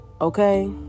okay